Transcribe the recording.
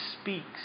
speaks